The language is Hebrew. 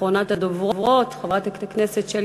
אחרונת הדוברות, חברת הכנסת שלי